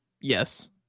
Yes